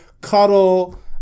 cuddle